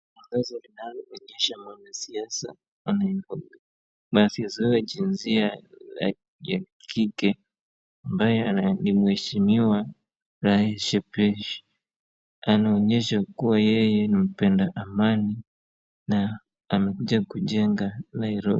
Posta linaloonyesha mwanasiasa mwenye jinsia ya kike ambaye ni mheshimiwa Rachel Shebesh anaonyesha kuwa yeye ni mpenda amani na amekuja kujenga Nairobi.